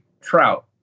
trout